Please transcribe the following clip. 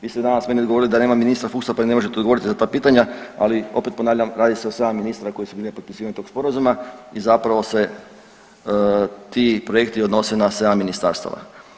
Vi ste danas meni odgovorili da nema ministra Fuchsa pa mi ne možete odgovoriti na ta pitanja, ali opet ponavljam radi se o 7 ministra koji su bili na potpisivanju toga sporazuma i zapravo se ti projekti odnose na 7 ministarstava.